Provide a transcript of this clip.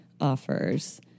offers